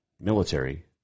military